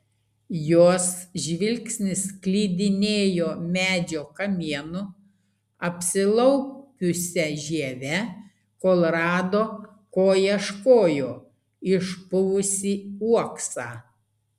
jos žvilgsnis klydinėjo medžio kamienu apsilaupiusia žieve kol rado ko ieškojo išpuvusį uoksą